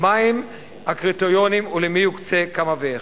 מהם הקריטריונים ולמי יוקצה כמה ואיך.